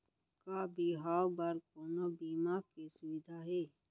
का बिहाव बर कोनो बीमा के सुविधा हे?